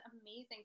amazing